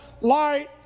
light